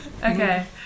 Okay